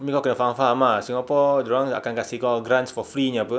I mean kau kena faham-faham ah singapore dorang akan kasi kau grants for free nya apa